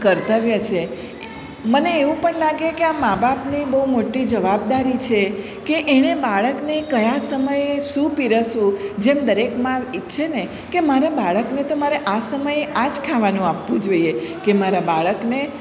કર્તવ્ય છે મને એવું પણ લાગે કે આ મા બાપની બહુ મોટી જવાબદારી છે કે એણે બાળકને કયા સમયે શું પીરસવું જેમ દરેક મા ઈચ્છે ને કે મારે બાળકને તો મારે આ સમયે આ જ ખાવાનું આપવું જોઈએ કે મારા બાળકને